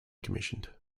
commissioned